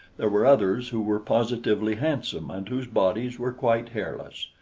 there were others who were positively handsome and whose bodies were quite hairless.